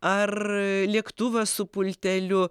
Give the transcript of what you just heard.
ar lėktuvas su pulteliu